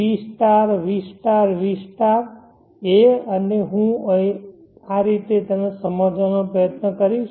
v v v a અને હું તેને આ રીતે કરવાનો પ્રયત્ન કરીશ